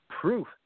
proof